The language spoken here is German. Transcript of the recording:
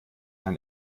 ein